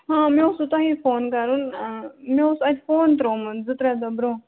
ہاں مےٚ اوسوٕ تۄہے فون کَرُن مےٚ اوس اَتہِ فون ترٛوومُت زٕ ترٛےٚ دۄہ برونٛہہ